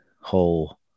whole